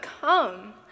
come